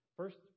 first